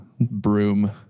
broom